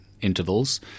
intervals